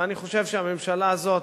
ואני חושב שהממשלה הזו,